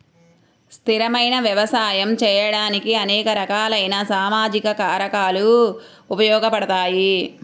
స్థిరమైన వ్యవసాయం చేయడానికి అనేక రకాలైన సామాజిక కారకాలు ఉపయోగపడతాయి